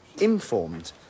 informed